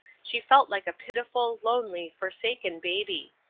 she felt like a pitiful, lonely, forsaken baby.